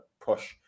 push